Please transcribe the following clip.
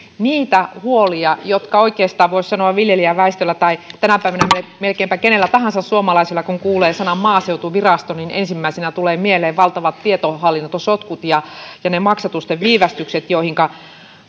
niitä huolia jotka oikeastaan voisi sanoa viljelijäväestöllä tai tänä päivänä melkeinpä kenellä tahansa suomalaisella ovat kun kuulee sanan maaseutuvirasto niin ensimmäisenä tulee mieleen valtavat tietohallintosotkut ja ja ne maksatusten viivästykset joihinka